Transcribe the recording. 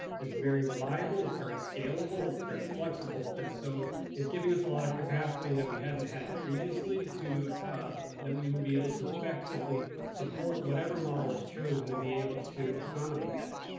it's very reliable, it's very scalable, it's very flexible, and so it's giving us a lot of capacity that we hadn't had previously ah that we will be able to effectively support whatever model as chosen and be able to accommodate that.